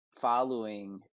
following